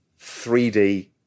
3D